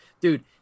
dude